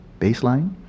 baseline